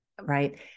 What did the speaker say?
right